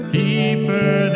deeper